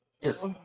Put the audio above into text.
Yes